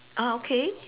okay